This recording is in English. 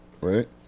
right